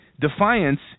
Defiance